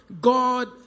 God